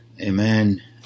amen